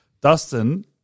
Dustin